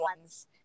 ones